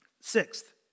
Sixth